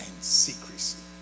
secrecy